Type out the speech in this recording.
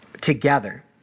together